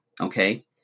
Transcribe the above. okay